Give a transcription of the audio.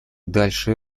дальше